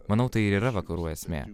manau tai ir yra vakarų esmė